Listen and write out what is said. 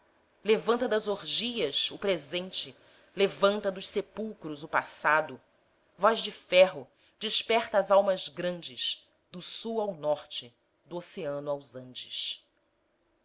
levanta das orgias o presente levanta dos sepulcros o passado voz de ferro desperta as almas grandes do sul ao norte do oceano aos andes